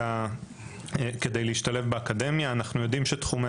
שלום לכולכם אנחנו מתחילים,